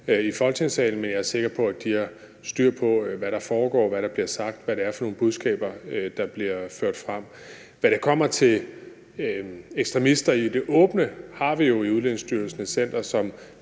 men jeg er sikker på, at de har styr på, hvad der foregår, hvad der bliver sagt, og hvad det er for nogle budskaber, der bliver ført frem. Når det kommer til ekstremister i det åbne, har vi jo i Udlændingestyrelsen et center, som